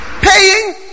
Paying